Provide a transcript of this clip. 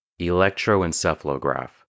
Electroencephalograph